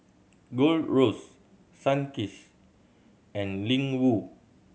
Gold Roast Sunkist and Ling Wu